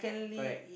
correct